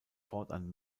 fortan